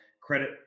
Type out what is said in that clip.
credit